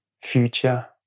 future